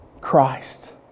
Christ